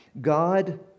God